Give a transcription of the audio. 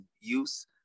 use